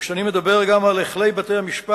כשאני מדבר גם על היכלי בתי-המשפט,